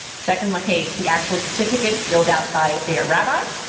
second page, the actual certificate filled out by their rabbi.